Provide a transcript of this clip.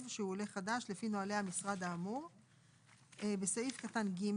שהוא עולה חדש לפי נוהלי המשרד האמור"; (2) בסעיף קטן (ג),